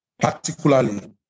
particularly